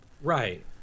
Right